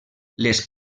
les